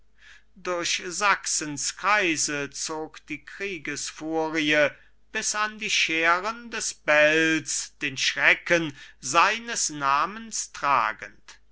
durch sachsens kreise zog die kriegesfurie bis an die schären des belts den schrecken seines namens tragend